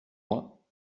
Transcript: moi